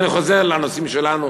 ואני חוזר לנושאים שלנו,